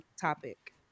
topic